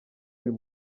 uyu